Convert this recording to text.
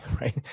Right